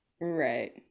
Right